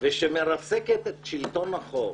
שמרסקת את שלטון החוק.